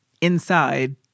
inside